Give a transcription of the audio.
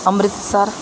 Amritsar